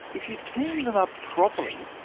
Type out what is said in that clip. if you team them up properly,